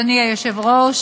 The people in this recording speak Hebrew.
אדוני היושב-ראש,